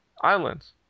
islands